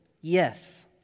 Yes